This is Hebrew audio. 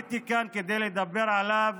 שעליתי לכאן כדי לדבר עליו